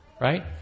right